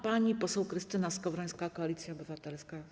Pani poseł Krystyna Skowrońska, Koalicja Obywatelska.